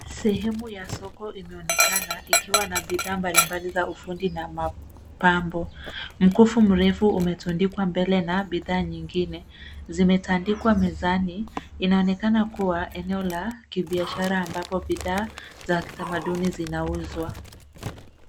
Sehemu ya soko imeonekena, ikiwa na bidhaa mbalimbali za ufundi na mapambo. Mkufu mrefu umetundikwa mbele na bidhaa nyingine zimetandikwa mezani. Inaonekana kuwa eneo la kibiashara ambapo bidhaa za kitamaduni zinauzwa.